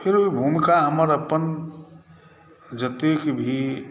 फेर ओहिमे हमर भूमिका अपन जतेक भी